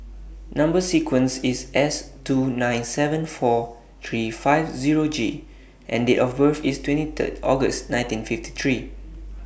Number sequence IS S two nine seven four three five Zero G and Date of birth IS twenty Third August nineteen fifty three